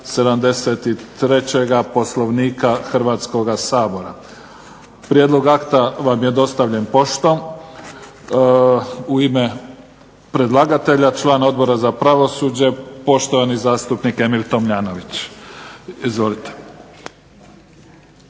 73. Poslovnika Hrvatskog sabora. Prijedlog akta vam je dostavljen poštom. U ime predlagatelja član Odbora za pravosuđe poštovani zastupnik Emil Tomljanović. Izvolite.